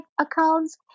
accounts